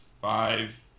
five